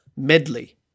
Medley